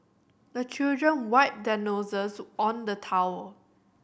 the children wipe their noses on the towel